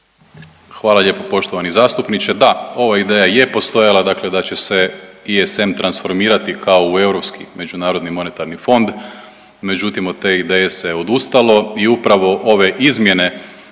Hvala lijepo poštovani zastupniče. Da, ova ideja je postojala, dakle da će SM transformirati kao u Europski međunarodni monetarni fond. Međutim od te ideje se odustalo i upravo ove izmjene